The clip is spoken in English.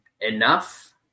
enough